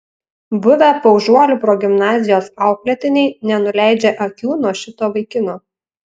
buvę paužuolių progimnazijos auklėtiniai nenuleidžia akių nuo šito vaikino